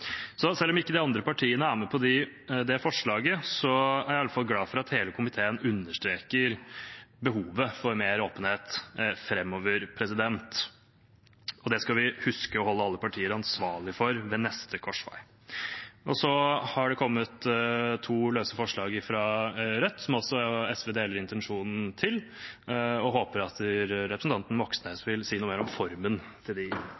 Så selv om ikke de andre partiene er med på det forslaget, er jeg iallfall glad for at hele komiteen understreker behovet for mer åpenhet framover, og det skal vi huske å holde alle partier ansvarlige for ved neste korsvei. Så har det kommet to løse forslag fra Rødt, som også SV deler intensjonen med, og vi håper at representanten Moxnes vil si noe mer om formen på de